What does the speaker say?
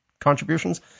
contributions